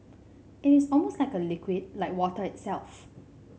it is almost like a liquid like water itself